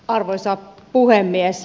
arvoisa puhemies